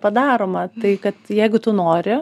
padaroma tai kad jeigu tu nori